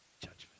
judgment